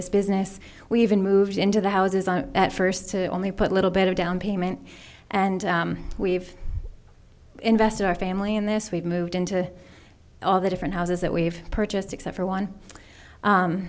this business we haven't moved into the houses at first to only put a little bit of downpayment and we've invested our family in this we've moved into all the different houses that we've purchased except for one